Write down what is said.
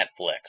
Netflix